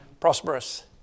prosperous